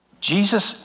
Jesus